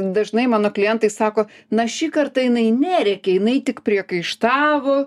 dažnai mano klientai sako na šį kartą jinai nerėkė jinai tik priekaištavo